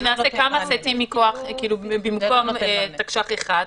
כי נעשה כמה סטים במקום תקש"ח אחד.